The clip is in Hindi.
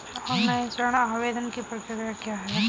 ऑनलाइन ऋण आवेदन की प्रक्रिया क्या है?